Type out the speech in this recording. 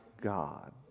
God